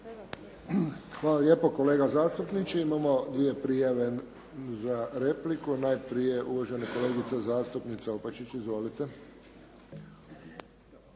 Hvala lijepo kolega zastupniče. Imamo dvije prijave za repliku. Najprije uvažena kolegica zastupnica Opačić. Izvolite.